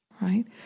right